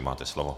Máte slovo.